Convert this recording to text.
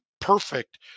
perfect